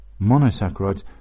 monosaccharides